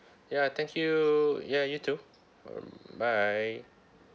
ya thank you ya you too bye